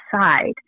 side